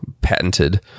patented